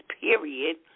period